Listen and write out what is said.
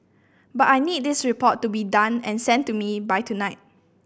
but I need this report to be done and sent to me by tonight